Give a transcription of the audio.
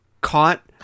caught